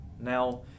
Now